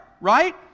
right